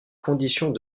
conditions